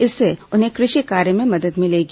इससे उन्हें कृषि कार्य में मदद मिलेगी